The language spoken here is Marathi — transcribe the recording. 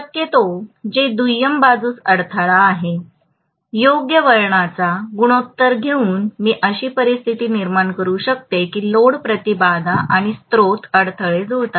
शकतो जे दुय्यम बाजूस अडथळा आहे योग्य वळणाचा गुणोत्तर घेऊन मी अशी परिस्थिती निर्माण करू शकतो की लोड प्रतिबाधा आणि स्त्रोत अडथळे जुळतात